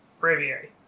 Braviary